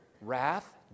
wrath